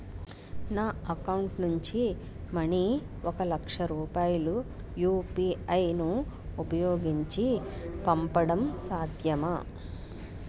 నా అకౌంట్ నుంచి మనీ ఒక లక్ష రూపాయలు యు.పి.ఐ ను ఉపయోగించి పంపడం సాధ్యమా?